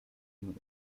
move